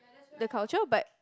the culture but